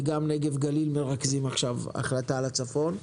וגם נגב-גליל מרכזים עכשיו החלטה על הצפון,